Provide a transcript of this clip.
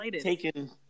taken